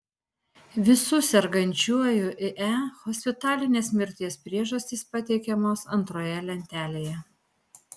visų sergančiųjų ie hospitalinės mirties priežastys pateikiamos antroje lentelėje